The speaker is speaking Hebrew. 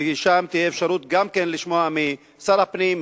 ושם תהיה אפשרות גם כן לשמוע משר הפנים,